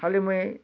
ଖାଲି ମୁଇଁ